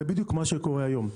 זה בדיוק מה שקורה היום.